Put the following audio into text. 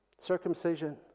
Circumcision